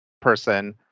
person